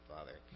Father